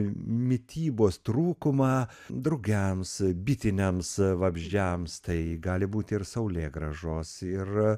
mitybos trūkumą drugiams bitiniams vabzdžiams tai gali būti ir saulėgrąžos ir